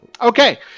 Okay